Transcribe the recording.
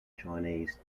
chinese